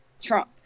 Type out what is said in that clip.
Trump